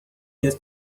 years